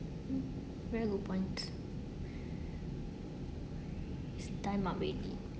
very good point is time up already